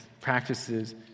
practices